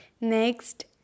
Next